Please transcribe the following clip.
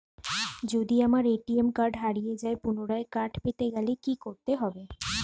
যদি আমার ATM card হারিয়ে যায় পুনরায় কার্ড পেতে গেলে কি করতে হবে?